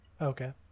Okay